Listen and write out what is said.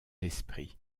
esprit